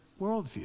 worldview